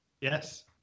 Yes